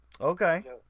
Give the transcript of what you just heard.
Okay